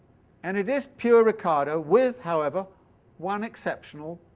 and it is pure ricardo, with however one exceptional